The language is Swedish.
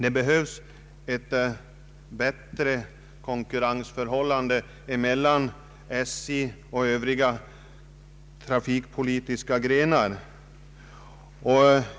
Det behövs ett bättre konkurrensförhållande mellan SJ och övriga trafikgrenar.